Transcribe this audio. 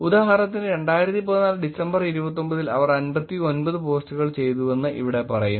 ഉദാഹരണത്തിന് 2014 ഡിസംബർ 29 ൽ അവർ 59 പോസ്റ്റുകൾ ചെയ്തുവെന്ന് ഇവിടെ പറയുന്നു